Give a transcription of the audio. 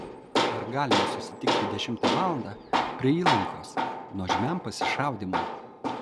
ar galime susitikti dešimtą valandą prie įlankos nuožmiam pasišaudymui